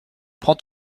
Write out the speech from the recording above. prends